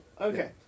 Okay